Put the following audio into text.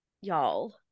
y'all